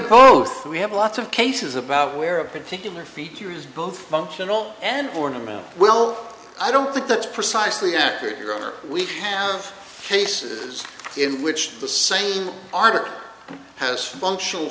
both we have lots of cases about where a particular feature is both functional and ornament well i don't think that's precisely accurate your honor we have cases in which the same art has functional